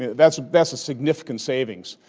that's that's a significant savings.